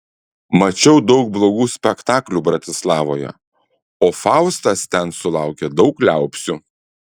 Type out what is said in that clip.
mačiau daug blogų spektaklių bratislavoje o faustas ten sulaukė daug liaupsių